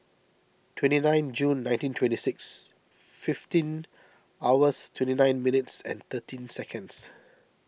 twenty nine June nineteen twenty six fifteen hours twenty nine minutes thirteen seconds